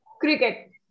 Cricket